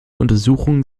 untersuchung